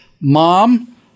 Mom